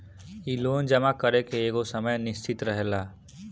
इ लोन जमा करे के एगो समय निश्चित रहेला